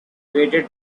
waited